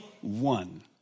one